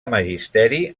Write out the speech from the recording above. magisteri